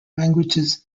languages